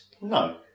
No